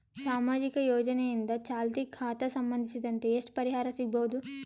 ಸಾಮಾಜಿಕ ಯೋಜನೆಯಿಂದ ಚಾಲತಿ ಖಾತಾ ಸಂಬಂಧಿಸಿದಂತೆ ಎಷ್ಟು ಪರಿಹಾರ ಸಿಗಬಹುದು?